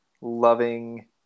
loving